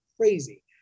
crazy